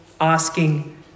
asking